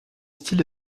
style